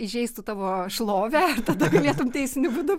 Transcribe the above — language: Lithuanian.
įžeistų tavo šlovę tada galėtum teisiniu būdu